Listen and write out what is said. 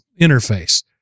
interface